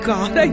God